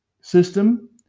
system